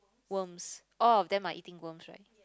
worms all of them are eating worms right